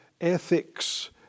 ethics